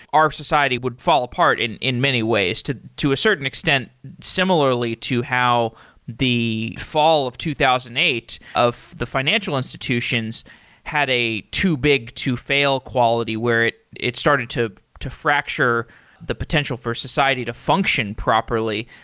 our society would fall apart in in many ways to to a certain extent similarly to how the fall of two thousand and eight of the financial institutions had a too big to fail quality where it it started to to fracture the potential for society to function properly.